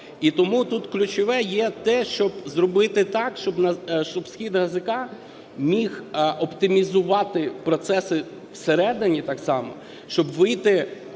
І тому тут ключове є те, щоб зробити так, щоб "СхідГЗК" міг оптимізувати процеси всередині так само, щоб вийти,